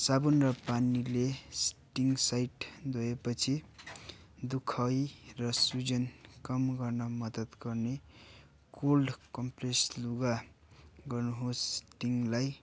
साबुन र पानीले स्टिङसहित धोएपछि दुखाइ र सुजन कम गर्न मद्दत गर्ने कोल्ड कम्प्रेस लुगा गर्नुहोस् स्टिङलाई